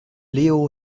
leo